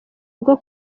bwo